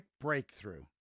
breakthrough